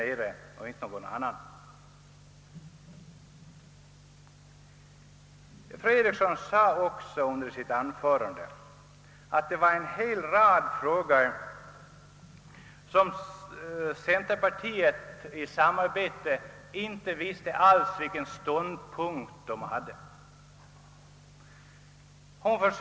Fru Eriksson sade också i sitt anförande att centerpartiet i en rad frågor inte visste vilken ståndpunkt det skulle intaga.